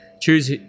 choose